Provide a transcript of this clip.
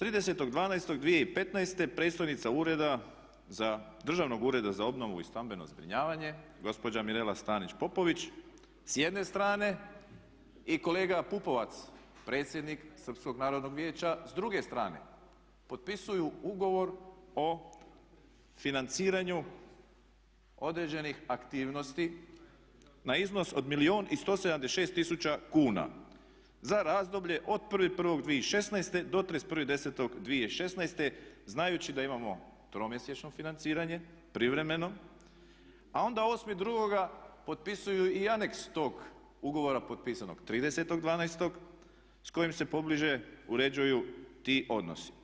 30.12.2015. predstojnica Državnog ureda za obnovu i stambeno zbrinjavanje gospođa Mirela Stanić Popović s jedne strane i kolega Pupovac, predsjednik Srpskog narodnog vijeća s druge strane potpisuju ugovor o financiranju određenih aktivnosti na iznos od milijun i 176 tisuća kuna za razdoblje od 1.01.2016. do 31.10.2016. znajući da imamo 3-mjesečno financiranje privremeno, a onda 8.02. potpisuju i aneks tog ugovora potpisanog 30.12. s kojim se pobliže uređuju ti odnosi.